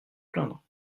plaindre